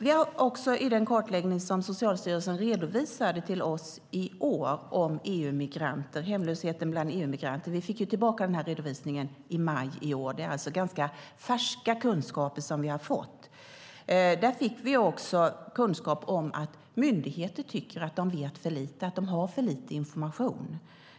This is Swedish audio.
I den kartläggning som Socialstyrelsen redovisade till oss i maj i år om hemlösheten bland EU-migranter - det är alltså ganska färska kunskaper som vi har fått - fick vi också kunskap om att myndigheter tycker att de vet för lite och har för lite information.